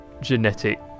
genetic